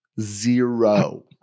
Zero